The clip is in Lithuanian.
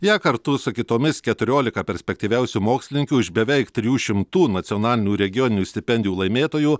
ją kartu su kitomis keturiolika perspektyviausių mokslininkių iš bevei trijų šimtų nacionalinių regioninių stipendijų laimėtojų